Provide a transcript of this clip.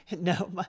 No